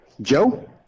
Joe